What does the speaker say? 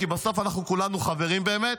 כי בסוף כולנו חברים באמת,